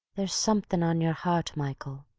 there's something on your heart, michael,